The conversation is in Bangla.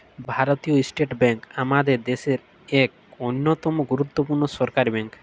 ভারতীয় ইস্টেট ব্যাংক আমাদের দ্যাশের ইক অল্যতম গুরুত্তপুর্ল সরকারি ব্যাংক